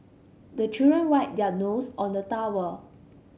the children wipe their nose on the towel